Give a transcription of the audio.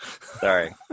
Sorry